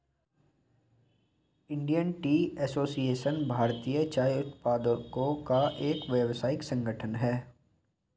Indian tea association भारतीय चाय उत्पादकों का एक व्यावसायिक संगठन है